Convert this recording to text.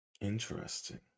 Interesting